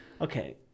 Okay